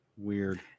Weird